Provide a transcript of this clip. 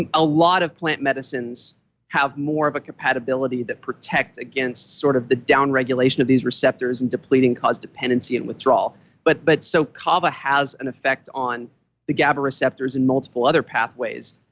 a lot of plant medicines have more of a compatibility that protect against sort of the downregulation of these receptors and depleting cause dependency and withdrawal but but so kava has an effect on the gaba receptors and multiple other pathways,